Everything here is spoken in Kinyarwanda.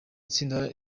itsinda